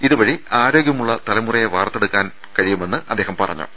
ഇതുവഴി ആരോഗ്യമുള്ള തലമുറയെ വളർത്തിയെടുക്കാൻ ആവുമെന്ന് അദ്ദേഹം പറഞ്ഞു